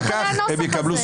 אחרי הנוסח הזה.